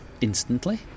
instantly